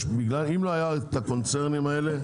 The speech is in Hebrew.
אם לא היה את הקונצרנים האלה,